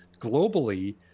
globally